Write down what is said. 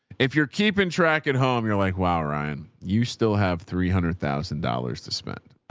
if you're keeping track at home, you're like, wow, ryan, you still have three hundred thousand dollars to spend.